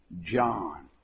John